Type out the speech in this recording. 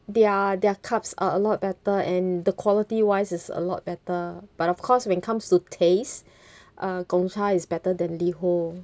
their their cups are a lot better and the quality wise is a lot better but of course when comes to taste uh gong cha is better than liho